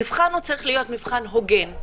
המבחן צריך להיות מבחן הוגן.